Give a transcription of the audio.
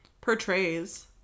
portrays